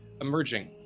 emerging